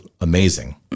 amazing